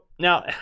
now